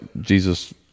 Jesus